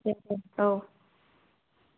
दे औ